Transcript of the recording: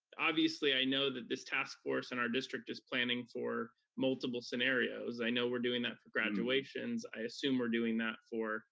obviously, i know that this task force in our district is planning for multiple scenarios, i know we're doing that for graduations, i assume we're doing that for